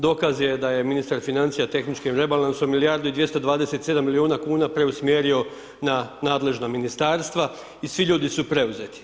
Dokaz je da je ministar financija tehničkim rebalansom milijardu i 227 milijuna kuna preusmjerio na nadležna Ministarstva i svi ljudi su preuzeti.